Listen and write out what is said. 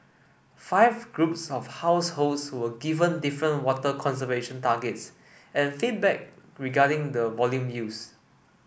five groups of households were given different water conservation targets and feedback regarding the volume used